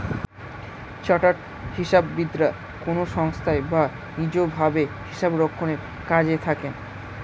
chartered হিসাববিদরা কোনো সংস্থায় বা নিজ ভাবে হিসাবরক্ষণের কাজে থাকেন